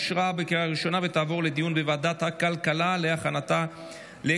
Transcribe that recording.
לדיון בוועדת הכלכלה נתקבלה.